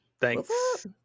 Thanks